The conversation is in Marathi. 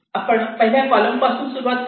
आपण पहिल्या कॉलम पासून सुरुवात करू